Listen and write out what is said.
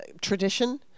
tradition